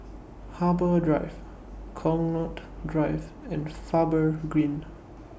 Harbour Drive Connaught Drive and Faber Green